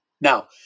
Now